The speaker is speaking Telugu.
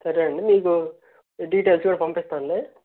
సరే అండి మీకు డీటెయిల్స్ కూడా పంపిస్తానులే